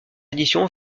édition